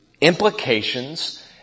implications